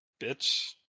Bitch